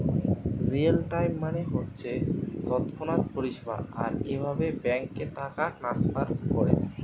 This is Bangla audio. রিয়েল টাইম মানে হচ্ছে তৎক্ষণাৎ পরিষেবা আর এভাবে ব্যাংকে টাকা ট্রাস্নফার কোরে